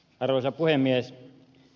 arvoisa puhemies